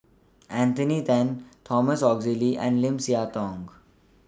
Anthony Then Thomas Oxley and Lim Siah Tong